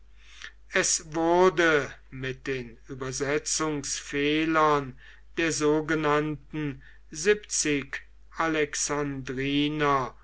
es wurde mit den übersetzungsfehlern der sogenannten siebzig